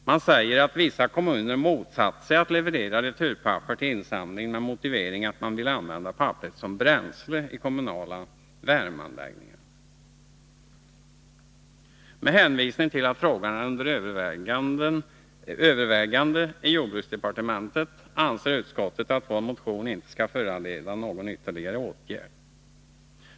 Man säger att vissa kommuner motsatt sig att leverera returpapper till insamlingen med motivering att man vill använda papperet som bränsle i kommunala värmeanläggningar. Med hänvisning till att frågan är under övervägande i jordbruksdepartementet anser utskottet att vår motion inte skall föranleda någon ytterligare åtgärd.